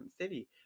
City